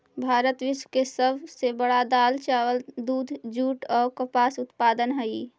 भारत विश्व के सब से बड़ा दाल, चावल, दूध, जुट और कपास उत्पादक हई